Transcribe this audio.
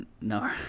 No